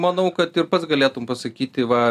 manau kad ir pats galėtum pasakyti va